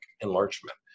enlargement